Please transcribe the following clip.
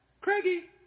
Craigie